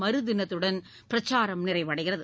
மறுதினத்துடன் பிரச்சாரம் நிறைவடைகிறது